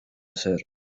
ser